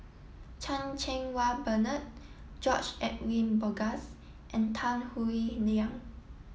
Chan Cheng Wah Bernard George Edwin Bogaars and Tan Howe Liang